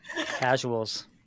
Casuals